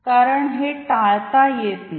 कारण हे टाळता येत नाही